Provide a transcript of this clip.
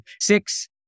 six